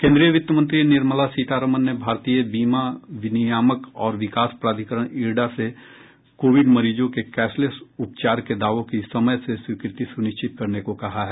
केन्द्रीय वित्त मंत्री निर्मला सीतारामन ने भारतीय बीमा विनियामक और विकास प्राधिकरण इरडा से कोविड मरीजों के कैशलेस उपचार के दावों की समय से स्वीकृति सुनिश्चित करने को कहा है